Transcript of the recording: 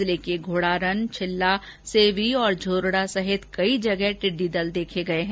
जिले के घोड़ारन छिल्ला सेवी झोरड़ा सहित कई जगह टिड्डी दल देखे गए हैं